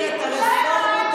תעני למה.